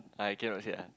I cannot say ah